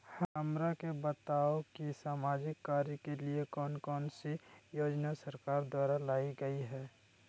हमरा के बताओ कि सामाजिक कार्य के लिए कौन कौन सी योजना सरकार द्वारा लाई गई है?